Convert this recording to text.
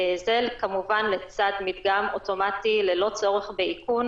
וזאת, כמובן לצד מדגם אוטומטי, ללא צורך באיכון,